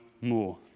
more